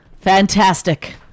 fantastic